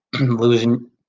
losing